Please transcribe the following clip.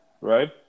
right